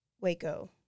Waco